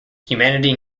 humanity